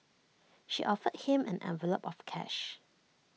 she offered him an envelope of cash